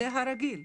זה הרגיל.